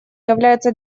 является